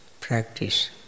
practice